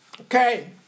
Okay